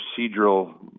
procedural